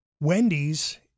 Wendy's